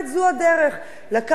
לקחת איזו לקונה,